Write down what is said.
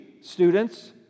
students